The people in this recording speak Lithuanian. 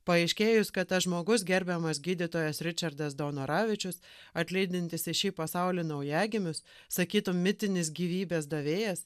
paaiškėjus kad tas žmogus gerbiamas gydytojas ričardas daunoravičius atlydintis į šį pasaulį naujagimius sakytum mitinis gyvybės davėjas